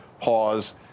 pause